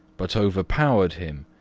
but overpowered him,